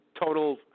Total